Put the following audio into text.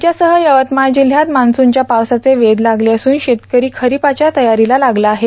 राज्यासह यवतमाळ जिल्हयात मान्सूनच्या पावसाचे वेध लागले असून शेतकरी खरीपाच्या तयारीला लागला आहे